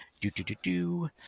Do-do-do-do